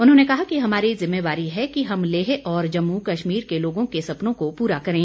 उन्होंने कहा कि हमारी जिम्मेवारी है कि हम लेह और जम्मू कश्मीर के लोगों के सपनों को पूरा करें